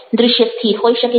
દ્રશ્ય સ્થિર હોઈ શકે છે